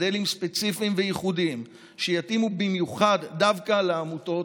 מודלים ספציפיים וייחודיים שיתאימו במיוחד דווקא לעמותות,